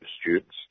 students